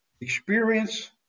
experience